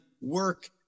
work